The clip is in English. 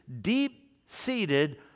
deep-seated